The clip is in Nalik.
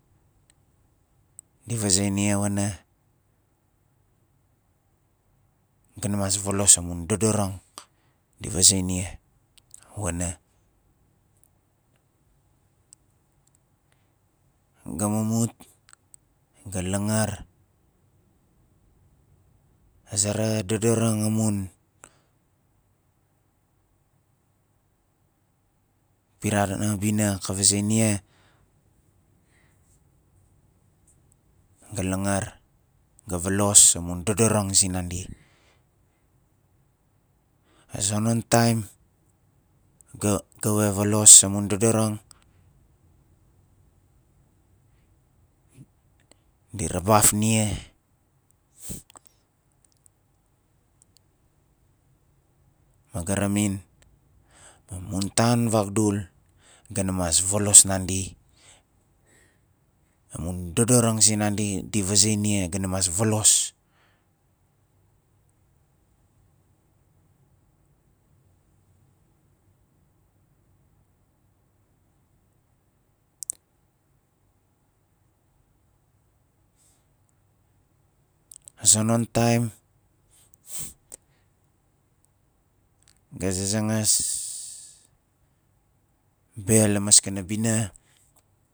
Di vaze na wana ga na mas volos amun dodoranga di vaze nia wana ga mumut ga langar azera dodorang amun piranabina ka vaze nia ga langar, ga volos amun dodorang zinandi a zonon taim ga ka we volos amun dodorang di rabaf nia ma ga raman amun tan vagdul ga na mas valos nandi amun dodorang zinandi di vaze nia ga na mas volos a zonon taim ga zazangas be la maskana bina